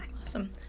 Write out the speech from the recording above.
Awesome